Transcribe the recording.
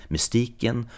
Mystiken